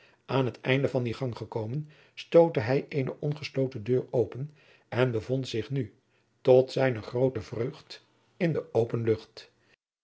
aan het einde van dien gang gekomen stootte hij eene ongesloten deur open en bevond zich nu tot zijne groote vreugd in de open lucht